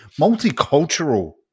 multicultural